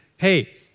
hey